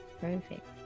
Perfect